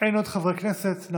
אין עוד חברי כנסת.